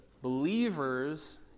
Believers